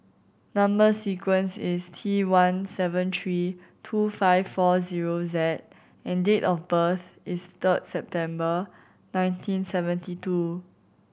number sequence is T one seven three two five four zero Z and date of birth is third September nineteen seventy two